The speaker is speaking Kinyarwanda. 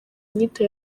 nyito